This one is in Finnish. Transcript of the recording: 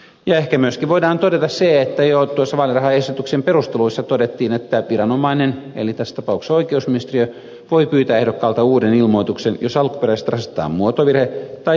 ehkä myöskin voidaan todeta se että jo vaalirahaesityksen perusteluissa todettiin että viranomainen eli tässä tapauksessa oikeusministeriö voi pyytää ehdokkaalta uuden ilmoituksen jos alkuperäistä rasittaa muotovirhe tai se on esimerkiksi epäselvä